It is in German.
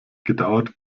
gedauert